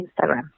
Instagram